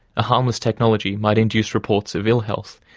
a harmless technology might induce reports of ill-health,